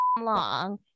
long